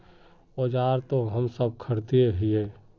औजार तो हम सब खरीदे हीये?